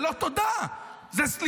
זה לא תודה, זה סליחה.